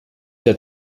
der